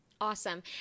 Awesome